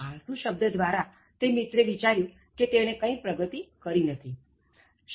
આળસુ શબ્દ દ્વારા તે મિત્રે વિચાર્યું કે તેણે કંઇ પ્રગતિ કરી નથી